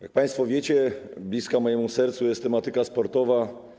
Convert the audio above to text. Jak państwo wiecie, bliska mojemu sercu jest tematyka sportowa.